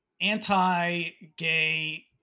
anti-gay